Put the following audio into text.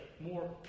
more